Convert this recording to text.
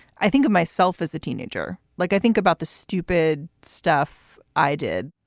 i think of myself as a teenager, like i think about the stupid stuff i did